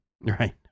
Right